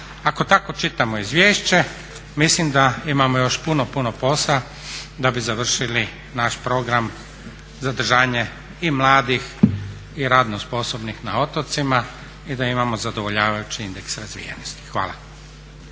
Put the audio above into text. Ako tako čitamo izvješće mislim da imamo još puno, puno posla da bi završili naš program, zadržanje i mladih i radno sposobnih na otocima i da imamo zadovoljavajući indeks razvijenosti. Hvala.